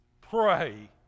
pray